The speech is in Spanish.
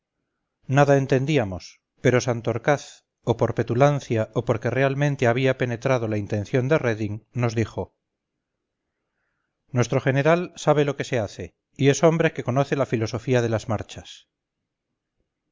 nada entendíamos pero santorcaz o por petulancia o porque realmente había penetrado la intención de reding nos dijo nuestro general sabe lo que se hace y es hombre que conoce la filosofía de las marchas